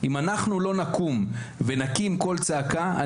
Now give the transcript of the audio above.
אם לא נקום ונקים כל צעקה,